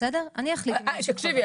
אני אחליט -- תקשיבי,